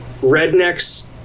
rednecks